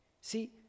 See